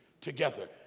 together